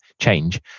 change